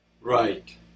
Right